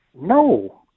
No